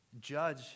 judge